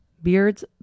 Beards